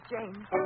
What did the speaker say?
James